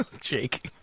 Jake